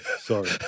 sorry